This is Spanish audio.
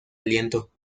aliento